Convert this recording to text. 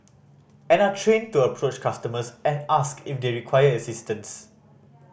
and are trained to approach customers and ask if they require assistance